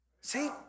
See